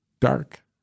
dark